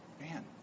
Man